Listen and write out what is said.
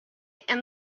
and